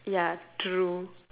ya true